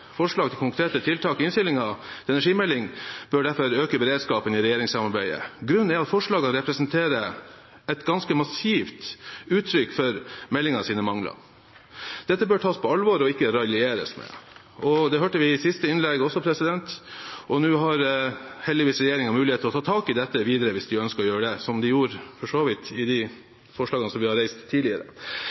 forslag til konkrete tiltak i innstillingen til energimeldingen bør derfor øke beredskapen i regjeringssamarbeidet. Grunnen er at forslagene representerer et ganske massivt uttrykk for meldingens mangler. Dette bør tas på alvor og ikke raljeres med. Det hørte vi også i siste innlegg. Og nå har heldigvis regjeringen mulighet til å ta tak i dette videre, hvis de ønsker å gjøre det, som de for så vidt også gjorde i de forslagene som vi har reist tidligere.